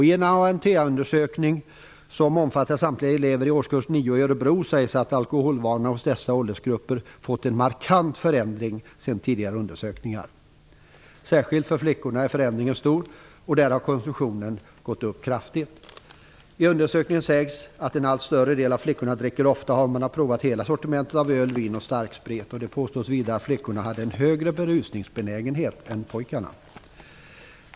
I en ANT-undersökning som omfattar samtliga elever i årskurs 9 i Örebro sägs det att alkoholvanorna hos dessa åldersgrupper markant förändrats sedan tidigare undersökningar. Särskilt för flickorna är förändringen stor. Där har konsumtionen gått upp kraftigt. I undersökningen sägs det också att en allt större andel av flickorna dricker ofta och att man har prövat hela sortimentet av öl, vin och starksprit. Vidare påstås det att flickorna hade en högre berusningsbenägenhet än pojkarna.